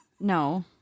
No